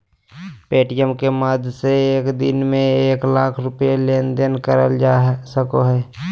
Paytm के माध्यम से एक दिन में एक लाख रुपया के लेन देन करल जा सको हय